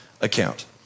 account